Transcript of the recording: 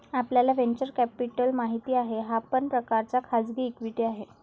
आपल्याला venture capital माहित आहे, हा एक प्रकारचा खाजगी इक्विटी आहे